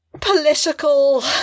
political